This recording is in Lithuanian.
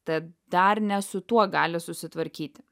tad dar ne su tuo gali susitvarkyti